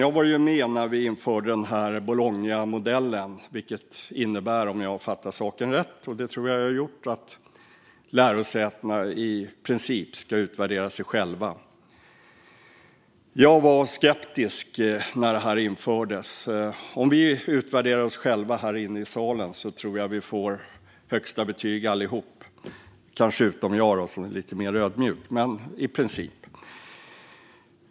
Jag var med när vi införde Bolognamodellen, vilket innebär - om jag har förstått rätt, vilket jag tror att jag har gjort - att lärosätena i princip ska utvärdera sig själva. Jag var skeptisk när detta infördes. Om vi utvärderar oss själva här inne i salen tror jag att vi får högsta betyg - kanske utom jag, som är lite mer ödmjuk, men i princip.